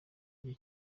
gihe